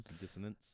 Dissonance